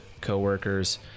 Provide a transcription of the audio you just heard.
coworkers